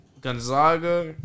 Gonzaga